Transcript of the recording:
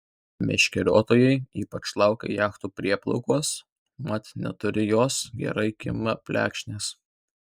meškeriotojai ypač laukia jachtų prieplaukos mat netoli jos gerai kimba plekšnės